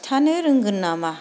खिन्थानो रोंगोन नामा